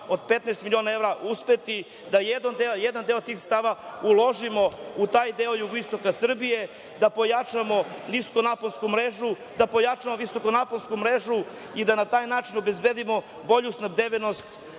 od 15 miliona evra uspeti da jedan deo tih sredstava uložimo u taj deo jugoistoka Srbije, da pojačamo niskonaponsku mrežu, da pojačamo visokonaposnku mrežu i da na taj način obezbedimo bolju snabdevenost